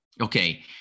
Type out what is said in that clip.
okay